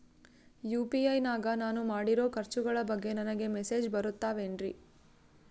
UPI ನಾಗ ನಾನು ಮಾಡಿರೋ ಖರ್ಚುಗಳ ಬಗ್ಗೆ ನನಗೆ ಮೆಸೇಜ್ ಬರುತ್ತಾವೇನ್ರಿ?